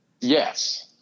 Yes